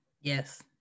Yes